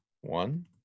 one